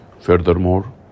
Furthermore